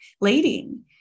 leading